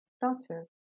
doctor